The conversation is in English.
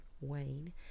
Wayne